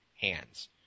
hands